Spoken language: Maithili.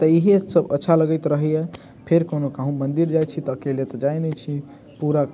तऽ इहे सब अच्छा लगैत रहैया फेर कोनो कहूँ मंदिर जाइत छी तऽ अकेले तऽ जाइत नहि छी पूरा